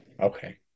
Okay